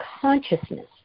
consciousness